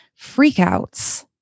freakouts